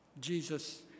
Jesus